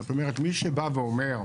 זאת אומרת מי שבא ואומר,